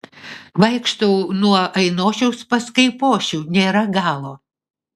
vaikštau nuo ainošiaus pas kaipošių nėra galo